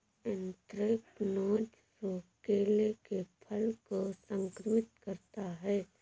anthracnose रोग केले के फल को संक्रमित करता है